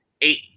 eight